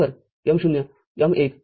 M१